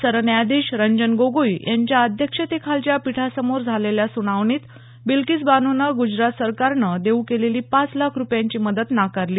सरन्यायाधीश रंजन गोगोई यांच्या अध्यक्षतेखालच्या पीठासमोर झालेल्या सुनावणीत बिल्किस बानोनं गुजरात सरकारनं देऊ केलेली पाच लाख रुपयांची मदत नाकारली